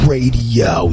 Radio